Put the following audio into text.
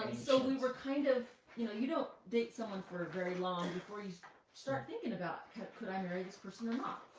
and so we were kind of you know you don't date someone for ah very long before you start thinking about could i marry this person or not.